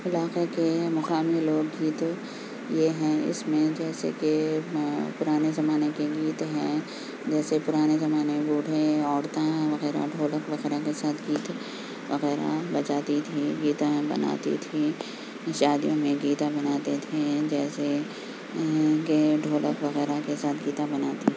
علاقے کے مقامی لوگ گیتو یہ ہیں اس میں جیسے کہ ہاں پرانے زمانے کے گیت ہیں جیسے پرانے زمانے بوڑھے عورتیں وغیرہ ڈھولک غیرہ کے ساتھ گیت وغیرہ بجاتی تھیں گیتاں بناتی تھیں شادیوں میں گیتاں بناتی تھیں جیسے کے ڈھولک وغیرہ کے ساتھ گیتاں بناتیں